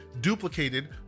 duplicated